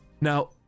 Now